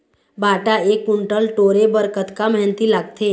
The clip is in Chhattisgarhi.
भांटा एक कुन्टल टोरे बर कतका मेहनती लागथे?